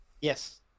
Yes